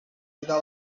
era